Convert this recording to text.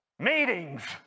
meetings